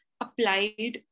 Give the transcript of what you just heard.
applied